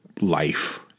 life